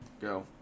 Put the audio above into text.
Go